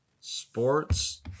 sports